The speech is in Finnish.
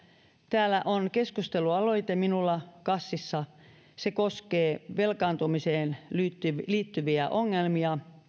täällä on keskustelualoite minulla kassissa se koskee velkaantumiseen liittyviä liittyviä ongelmia